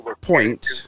point